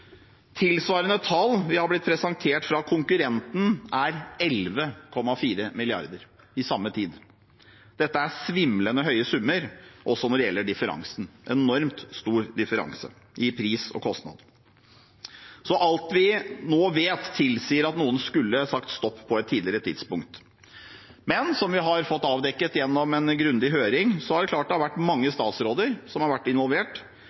Tilsvarende tall vi har fått presentert fra konkurrenten, er 11,4 mrd. kr i samme tid. Dette er svimlende høye summer, også når det gjelder differansen – enormt stor differanse i pris og kostnad. Alt vi nå vet, tilsier at noen skulle ha sagt stopp på et tidligere tidspunkt. Men som vi har fått avdekket gjennom en grundig høring, er det klart at det vært mange statsråder og mange forsvarssjefer involvert